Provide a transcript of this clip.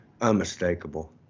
unmistakable